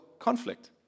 Conflict